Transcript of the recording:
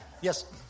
Yes